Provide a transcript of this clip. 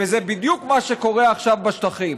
וזה בדיוק מה שקורה עכשיו בשטחים.